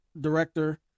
director